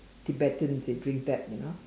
Tibetans they drink that you know